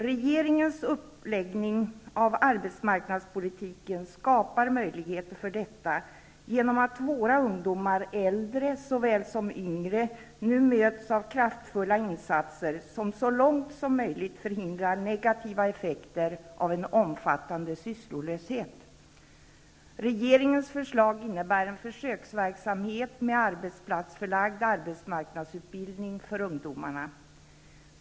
Regeringens uppläggning av arbetsmarknadspolitiken skapar möjligheter för detta genom att våra ungdomar -- äldre såväl som yngre -- nu möts av kraftfulla insatser som så långt som möjligt förhindrar negativa effekter av en omfattande sysslolöshet. Regeringens förslag innebär en försöksverksamhet med arbetsplatsförlagd arbetsmarknadsutbildning för ungdomar.